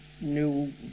new